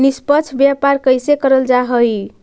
निष्पक्ष व्यापार कइसे करल जा हई